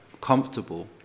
comfortable